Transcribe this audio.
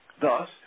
Thus